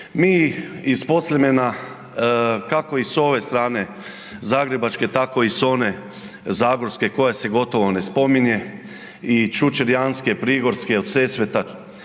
Mi iz podsljemena kako i s ove strane zagrebačke tako i s one zagorske koja se gotovo ne spominje i ćućerjanske, prigorske od Sesveta